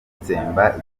gutsemba